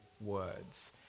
words